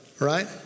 right